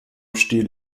stiel